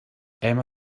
emma